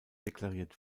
deklariert